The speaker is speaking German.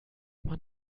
mein